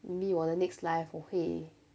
maybe 我的 next life 我会